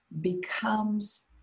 becomes